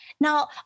Now